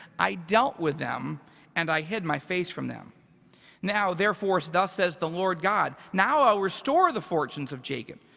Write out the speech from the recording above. i dealt with them and i hid my face from them now, therefore thus says the lord god, now i'll restore the fortunes of jacob.